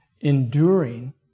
enduring